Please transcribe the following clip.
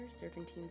serpentine